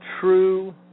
true